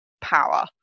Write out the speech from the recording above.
power